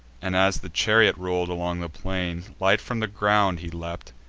and, as the chariot roll'd along the plain, light from the ground he leapt,